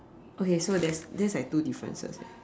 okay so that's that's like two differences eh